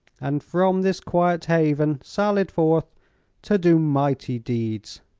and from this quiet haven sallied forth to do mighty deeds.